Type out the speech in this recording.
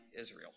Israel